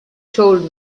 told